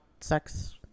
sex